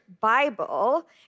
Bible